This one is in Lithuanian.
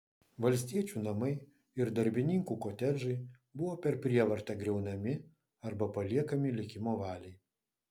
valstiečių namai ir darbininkų kotedžai buvo per prievartą griaunami arba paliekami likimo valiai